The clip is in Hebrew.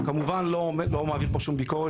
כמובן אני לא מעביר פה שום ביקורת,